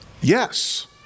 yes